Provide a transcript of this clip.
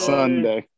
Sunday